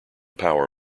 power